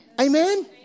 Amen